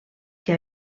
que